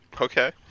Okay